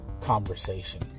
conversation